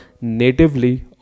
natively